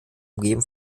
umgeben